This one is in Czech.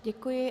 Děkuji.